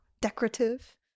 decorative